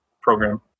program